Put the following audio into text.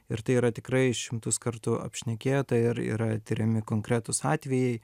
ir tai yra tikrai šimtus kartų apšnekėta ir yra tiriami konkretūs atvejai